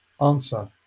answer